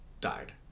died